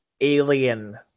alien